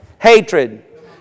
Hatred